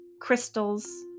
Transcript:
crystals